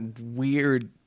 weird